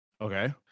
Okay